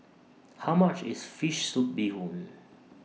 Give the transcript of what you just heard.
How much IS Fish Soup Bee Hoon